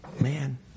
Man